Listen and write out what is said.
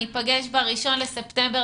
ניפגש ב-1 בספטמבר,